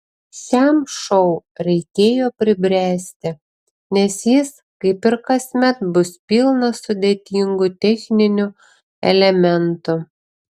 šiam šou reikėjo pribręsti nes jis kaip ir kasmet bus pilnas sudėtingų techninių elementų